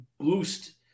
boost –